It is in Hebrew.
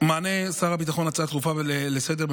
מענה שר הביטחון על הצעה דחופה לסדר-היום